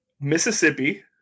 Mississippi